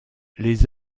les